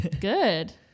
Good